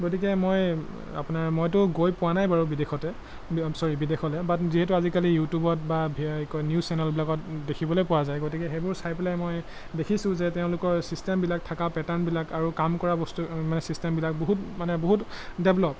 গতিকে মই আপোনাৰ মইতো গৈ পোৱা নাই বাৰু বিদেশতে অ' চৰি বিদেশলৈ বাট যিহেতু আজিকালি ইউটিউবত বা কি কয় নিউজ চেনেলবিলাকত দেখিবলৈ পোৱা যায় গতিকে সেইবোৰ চাই পেলাই মই দেখিছোঁ যে তেওঁলোকৰ ছিষ্টেমবিলাক থকা পেটাৰ্ণবিলাক আৰু কাম কৰা বস্তু মানে চিষ্টেমবিলাক বহুত মানে বহুত ডেভলপ